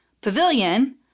pavilion